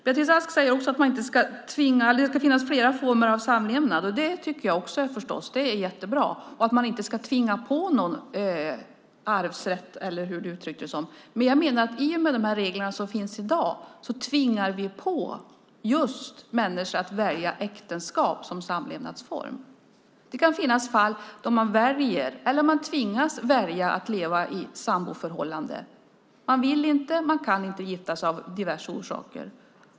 Beatrice Ask säger att det ska finnas flera former av samlevnad - det tycker jag också förstås, det är jättebra - och att man inte ska tvinga på någon en arvsrätt, eller hur du uttryckte det. Men jag menar att i och med de regler som finns i dag tvingar vi på människor att välja just äktenskap som samlevnadsform. Det kan finnas fall där man tvingas välja att leva i samboförhållande; man vill inte eller kan inte gifta sig av diverse orsaker.